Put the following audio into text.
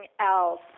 else